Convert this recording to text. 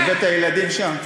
הבאת ילדים שם.